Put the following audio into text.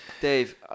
Dave